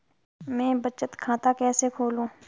मैं बचत खाता कैसे खोलूं?